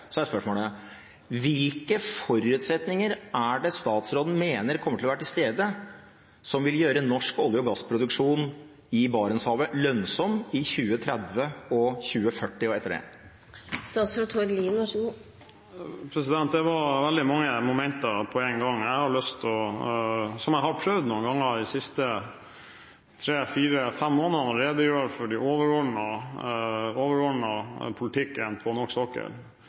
er spørsmålet: Hvilke forutsetninger mener statsråden kommer til å være til stede, som vil gjøre norsk olje- og gassproduksjon i Barentshavet lønnsom i 2030, i 2040 og etter det? Det var veldig mange momenter på én gang. Jeg har lyst – som jeg har prøvd å gjøre noen ganger de siste tre, fire, fem månedene – å redegjøre for den overordnede politikken på norsk sokkel.